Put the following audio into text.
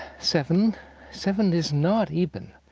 seven seven is not eban.